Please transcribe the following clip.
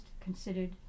considered